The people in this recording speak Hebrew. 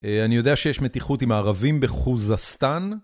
אני יודע שיש מתיחות עם הערבים בחוזסטן.